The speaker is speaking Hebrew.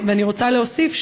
ואני רוצה להוסיף,